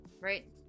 right